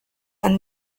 and